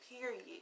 period